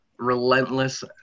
relentless